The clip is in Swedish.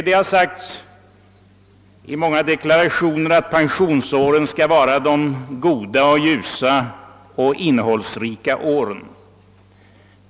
Det har i många deklarationer sagts att pensionsåren skall vara de goda, ljusa och innehållsrika åren.